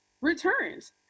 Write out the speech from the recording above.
returns